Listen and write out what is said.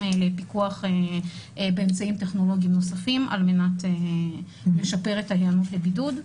לפיקוח באמצעים טכנולוגיים נוספים על מנת לשפר את ההיענות לבידוד,